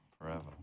forever